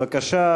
בבקשה,